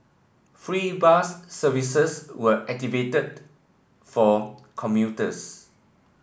free bus services were activated for commuters